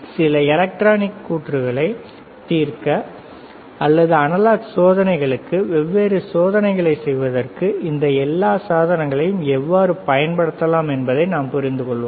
சில எலக்ட்ரானிக் சுற்றுகளைத் தீர்க்க அல்லது அனலாக் சோதனைகளுக்கு வெவ்வேறு சோதனைகளை செய்வதற்கு இந்த எல்லா சாதனங்களையும் எவ்வாறு பயன்படுத்தலாம் என்பதை நாம் புரிந்து கொள்வோம்